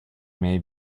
may